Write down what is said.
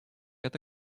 эта